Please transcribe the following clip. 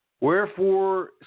Wherefore